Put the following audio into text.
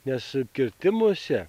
nes kirtimuose